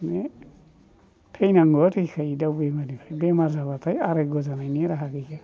बेनो थैनाङा थैखायो दाउ बेमाराव बेमार जाब्लाथाय आरग्य जानायनि राहा गैया